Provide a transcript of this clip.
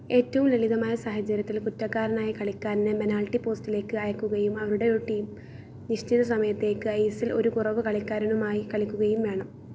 ഏറ്റവും ലളിതമായ സാഹചര്യത്തിൽ കുറ്റക്കാരനായ കളിക്കാരനെ പെനാൽറ്റി പോസ്റ്റിലേക്ക് അയക്കുകയും അവരുടെ ഒരു ടീം നിശ്ചിത സമയത്തേക്ക് ഐസിൽ ഒരു കുറവ് കളിക്കാരനുമായി കളിക്കുകയും വേണം